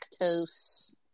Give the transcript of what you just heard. lactose